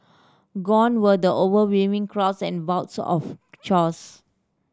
gone were the overwhelming crowds and bouts of chores